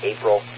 April